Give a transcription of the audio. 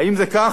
האם זה כך?